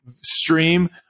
stream